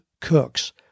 cooks